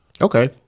Okay